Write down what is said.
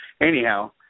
anyhow